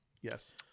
yes